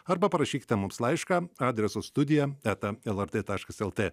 arba parašykite mums laišką adresu studija eta lrt taškas lt